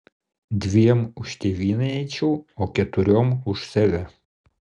dviem už tėvynę eičiau o keturiom už save